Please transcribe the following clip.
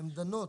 הן דנות